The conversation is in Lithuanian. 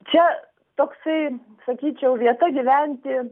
čia toksai sakyčiau vieta gyventi